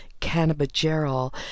cannabigerol